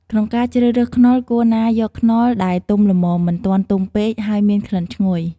ក្នុងការជ្រើសរើសខ្នុរគួរណាយកខ្នុរដែលទុំល្មម មិនទាន់ទុំពេក ហើយមានក្លិនឈ្ងុយ។